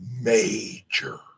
major